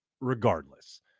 regardless